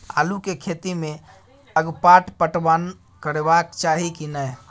आलू के खेती में अगपाट पटवन करबैक चाही की नय?